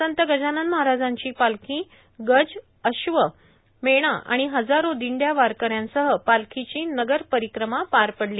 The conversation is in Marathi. संत गजानन महाराजांची पालखी गज अश्व मेणा आणि हजारो दिंडया वारकऱ्यासह पालखीची नगर परीक्रमा पार पडली